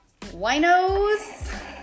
Winos